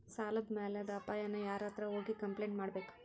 ಸಾಲದ್ ಮ್ಯಾಲಾದ್ ಅಪಾಯಾನ ಯಾರ್ಹತ್ರ ಹೋಗಿ ಕ್ಂಪ್ಲೇನ್ಟ್ ಕೊಡ್ಬೇಕು?